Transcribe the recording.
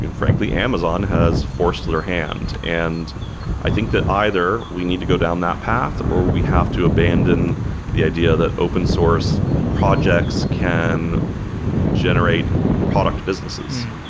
and frankly, amazon has forced their hand. and i think that either we need to go down that path or we have to abandon the idea that open source projects can generate product businesses.